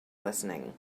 listening